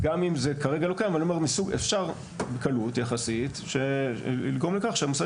אפשר בקלות יחסית לגרום לכך שהמוסד